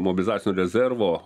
mobilizacinio rezervo